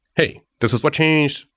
hey, this is what changed.